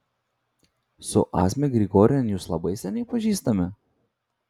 su asmik grigorian jūs labai seniai pažįstami